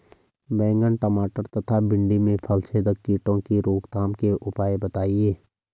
बैंगन टमाटर तथा भिन्डी में फलछेदक कीटों की रोकथाम के उपाय बताइए?